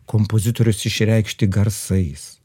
kompozitorius išreikšti garsais